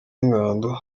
ingando